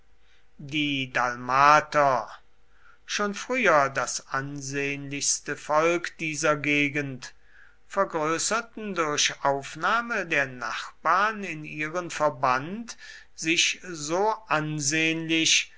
die dalmater schon früher das ansehnlichste volk dieser gegend vergrößerten durch aufnahme der nachbarn in ihren verband sich so ansehnlich